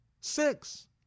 Six